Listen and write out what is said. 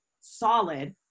solid